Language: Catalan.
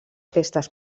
festes